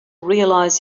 realize